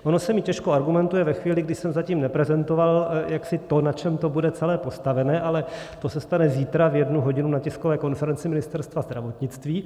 Ono se mi těžko argumentuje ve chvíli, kdy jsem zatím neprezentoval jaksi to, na čem to bude celé postavené, ale to se stane zítra v jednu hodinu na tiskové konferenci Ministerstva zdravotnictví.